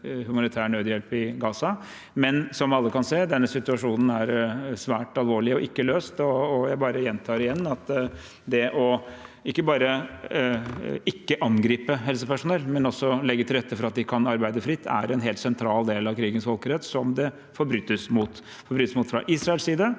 men som alle kan se: Denne situasjonen er svært alvorlig og ikke løst. Jeg gjentar – igjen – at det å ikke bare ikke angripe helsepersonell, men også legge til rette for at de kan arbeide fritt, er en helt sentral del av krigens folkerett som det forbrytes mot. Det forbrytes